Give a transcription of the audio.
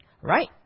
right